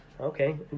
okay